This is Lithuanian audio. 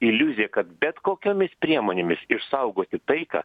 iliuzija kad bet kokiomis priemonėmis išsaugoti taiką